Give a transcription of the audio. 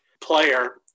player